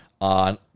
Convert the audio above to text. on